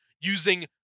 using